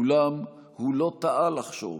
אולם הוא לא טעה לחשוב